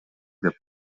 деп